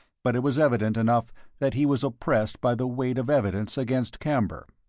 but it was evident enough that he was oppressed by the weight of evidence against camber.